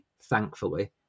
thankfully